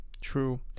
True